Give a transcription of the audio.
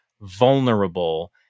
vulnerable